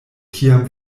kiam